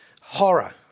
Horror